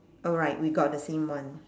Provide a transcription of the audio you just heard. alright we got the same one